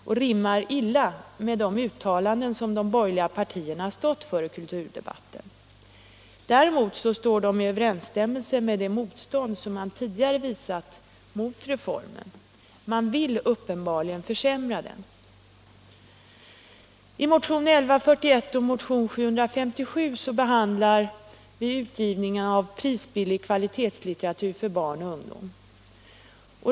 Den rimmar illa med de uttalanden som de borgerliga partierna stått för i kulturdebatten. Däremot överstämmer det med det motstånd man tidigare visat mot reformen. Man vill uppenbarligen försämra den. I motion 1141 och motion 757 behandlar vi utgivningen av billig kvalitetslitteratur för barn och ungdom.